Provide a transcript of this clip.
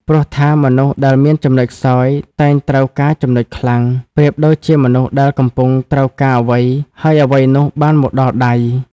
ព្រោះថា មនុស្សដែលមានចំណុចខ្សោយតែងត្រូវការចំណុចខ្លាំង ប្រៀបដូចជាមនុស្សដែលកំពុងត្រូវការអ្វី ហើយអ្វីនោះបានមកដល់ដៃ ។